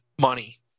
money